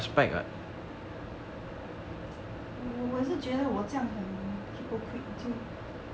我我是觉得我这样就很 hypocrite 就